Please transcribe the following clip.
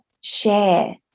share